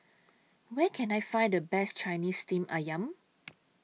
Where Can I Find The Best Chinese Steamed Ayam